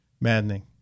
maddening